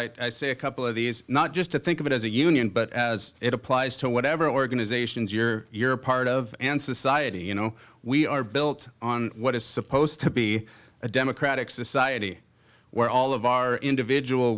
i say a couple of these not just to think of it as a union but as it applies to whatever organizations you're you're part of and society you know we are built on what is supposed to be a democratic society where all of our individual